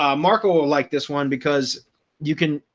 ah marco like this one, because you can,